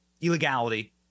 illegality